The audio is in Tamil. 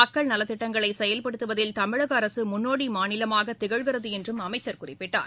மக்கள் நலத்திட்டங்களை செயல்படுத்துவதில் தமிழக அரசு முன்னோடி மாநிலமாக திகழ்கிறது என்றும் அமைச்சர் குறிப்பிட்டார்